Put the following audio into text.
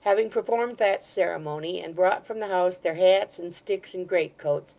having performed that ceremony, and brought from the house their hats, and sticks, and greatcoats,